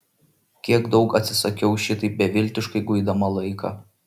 kiek daug atsisakiau šitaip beviltiškai guidama laiką